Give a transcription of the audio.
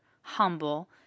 humble